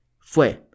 fue